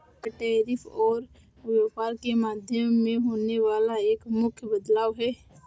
कर, टैरिफ और व्यापार के माध्यम में होने वाला एक मुख्य बदलाव हे